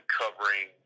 covering